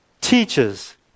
teaches